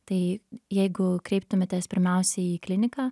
tai jeigu kreiptumėtės pirmiausia į kliniką